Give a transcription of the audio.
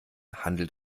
handelt